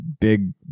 big